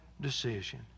decision